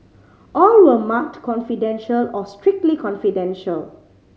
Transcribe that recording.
all were marked confidential or strictly confidential